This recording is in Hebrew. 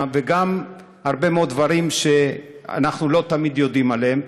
וגם הרבה מאוד דברים שאנחנו לא תמיד יודעים עליהם.